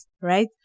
right